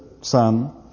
Son